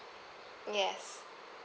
yes